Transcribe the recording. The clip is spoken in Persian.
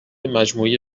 مجموعه